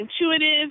intuitive